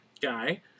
guy